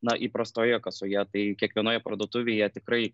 na įprastoje kasoje tai kiekvienoje parduotuvėje tikrai